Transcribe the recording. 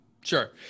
Sure